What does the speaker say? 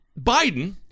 Biden